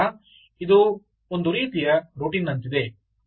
ಆದ್ದರಿಂದ ಇದು ರೀತಿಯ ರೂಟಿಂಗ್ನಂತಿದೆ